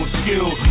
skill